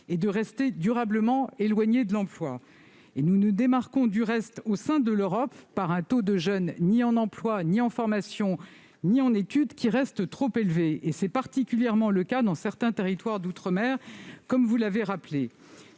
et de rester durablement éloignés de l'emploi. Nous nous démarquons du reste de l'Europe par un taux de jeunes ni en emploi, ni en formation, ni en études qui reste trop élevé, particulièrement dans certains territoires d'outre-mer, comme vous l'avez rappelé.